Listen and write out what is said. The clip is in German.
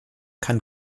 kann